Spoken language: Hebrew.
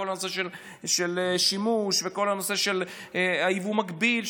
כל הנושא של שימוש וכל הנושא של יבוא מקביל,